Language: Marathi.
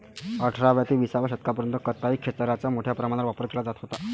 अठराव्या ते विसाव्या शतकापर्यंत कताई खेचराचा मोठ्या प्रमाणावर वापर केला जात होता